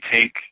take